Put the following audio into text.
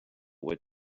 what